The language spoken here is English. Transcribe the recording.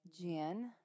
Jen